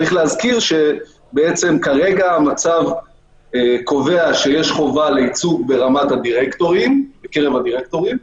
צריך להזכיר שבעצם כרגע המצב קובע שיש חובה לייצוג בקרב הדירקטורים,